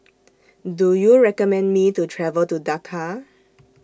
Do YOU recommend Me to travel to Dakar